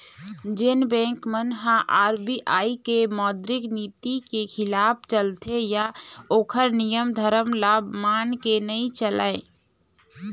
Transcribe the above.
जेन बेंक मन ह आर.बी.आई के मौद्रिक नीति के खिलाफ चलथे या ओखर नियम धरम ल मान के नइ चलय